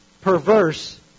perverse